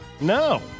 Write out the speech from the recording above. No